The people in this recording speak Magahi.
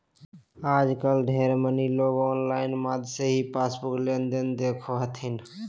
आजकल ढेर मनी लोग आनलाइन माध्यम से ही पासबुक लेनदेन देखो हथिन